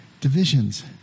divisions